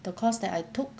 the course that I took